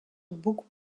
beaucoup